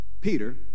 Peter